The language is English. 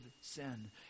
sin